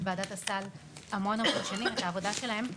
וועדת הסל ואת העבודה שלה כבר המון המון שנים,